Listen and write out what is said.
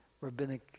rabbinic